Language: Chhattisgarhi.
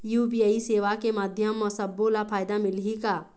यू.पी.आई सेवा के माध्यम म सब्बो ला फायदा मिलही का?